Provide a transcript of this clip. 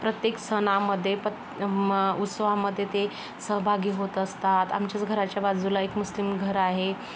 प्रत्येक सणामध्ये प्रत्ये उत्सवामध्ये ते सहभागी होत असतात आमच्याच घराच्या बाजूला एक मुस्लिम घर आहे